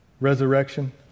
resurrection